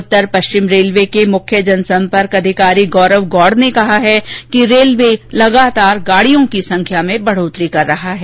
उत्तर पश्चिम रेलवे के मुख्य जनसंपर्क अधिकारी गौरव गौड़ ने कहा है कि रेलवे लगातार गाड़ियों की संख्या में बढ़ोत्तरी कर रहा है